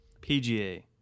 pga